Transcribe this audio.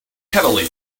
heavily